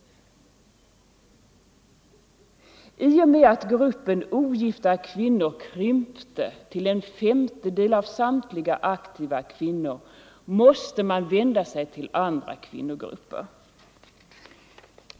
I och med att gruppen ogifta kvinnor krympte till en femtedel av samtliga kvinnor måste man vända sig till andra kvinnogrupper.